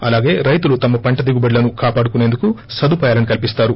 అలాగే రైతులు తమ పంట దిగుబడులను కాపాడుకుసేందుకు సదుపాయాలను కొల్సీస్తారు